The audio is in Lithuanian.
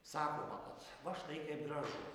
sakoma kad va štai kaip gražu